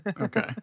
Okay